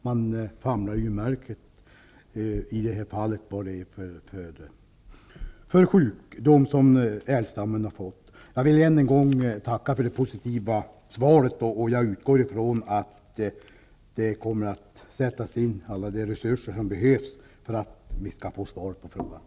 Man famlar i mörkret i det här fallet. Man vet inte vad det är för sjukdom som älgstammen har fått. Jag vill än en gång tacka för det positiva svaret. Jag utgår från att de resurser som behövs kommer att sättas in för att få klarhet i det hela.